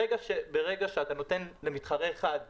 ברגע שאתה נותן למתחרה אחד "פור",